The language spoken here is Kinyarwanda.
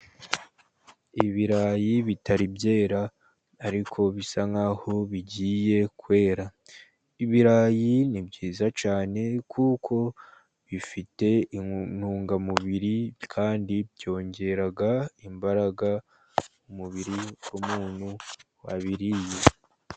Ibirayi bitari byera ariko bisa nk'aho bigiye kwera, ibirayi ni byiza cyane kuko bifite intungamubiri, kandi byongera imbaraga umubiri w'umuntu wabiriye.